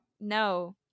no